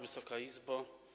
Wysoka Izbo!